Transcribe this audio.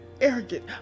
arrogant